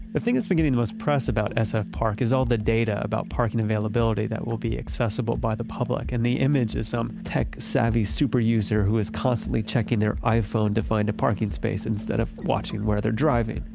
the thing that's been getting the most press about sfpark is all the data about parking availability that will be accessible by the public and the image of some tech-savvy superuser who is constantly checking their iphone to find a parking space instead of watching where they're driving,